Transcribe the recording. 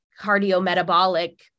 cardiometabolic